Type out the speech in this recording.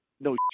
No